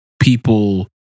people